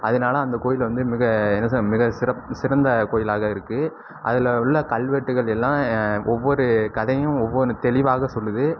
அதனால அந்த கோவில்ல வந்து மிக என்ன சொல்ல மிக சிறப்பு சிறந்த கோவிலாக இருக்கு அதில் உள்ள கல்வெட்டுகள் எல்லாம் ஒவ்வொரு கதையும் ஒவ்வொன்று தெளிவாக சொல்லுது